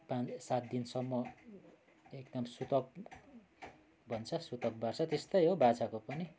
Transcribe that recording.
पाँच सात दिनसम्म एकदम सूतक भन्छ सूतक बार्छ त्यस्तै हो बाछाको पनि